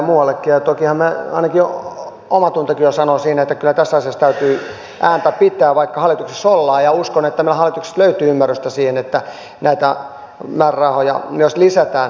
ja tokihan ainakin omatuntokin jo sanoo siinä että kyllä tässä asiassa täytyy ääntä pitää vaikka hallituksessa ollaan ja uskon että meiltä hallituksesta löytyy ymmärrystä siihen että näitä määrärahoja myös lisätään